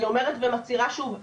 אני אומרת ומצהירה שוב,